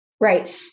Right